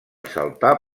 saltar